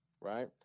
right